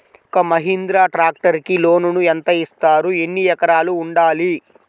ఒక్క మహీంద్రా ట్రాక్టర్కి లోనును యెంత ఇస్తారు? ఎన్ని ఎకరాలు ఉండాలి?